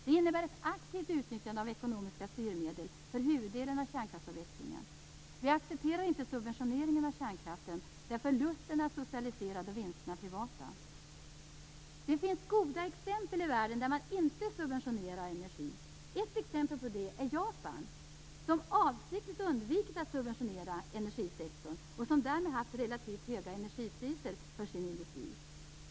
Det innebär ett aktivt utnyttjande av ekonomiska styrmedel för huvuddelen av kärnkraftsavvecklingen. Vi accepterar inte subventioneringen av kärnkraften, där förlusterna är socialiserade och vinsterna privata. Det finns goda exempel i världen där man inte subventionerar energin. Ett exempel på detta är Japan, som avsiktligt undvikit att subventionera energisektorn och som därmed haft relativt höga energipriser för sin industri.